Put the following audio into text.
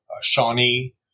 Shawnee